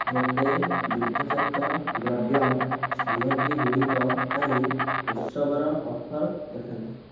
ମୋତେ ଦୁଗ୍ଧଜାତ ଦ୍ରବ୍ୟ ସାମଗ୍ରୀ ଗୁଡ଼ିକ ପାଇଁ ଉତ୍ସବର ଅଫର୍ ଦେଖାନ୍ତୁ